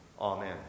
Amen